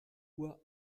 uhr